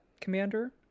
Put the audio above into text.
Commander